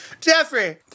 Jeffrey